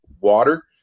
water